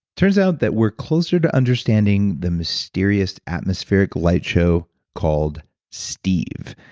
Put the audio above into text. turns out that we're closer to understanding the mysterious atmospheric light show called steve.